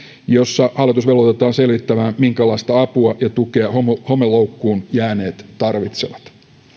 jossa hallitus velvoitetaan selvittämään minkälaista apua ja tukea homeloukkuun jääneet tarvitsevat